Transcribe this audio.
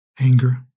anger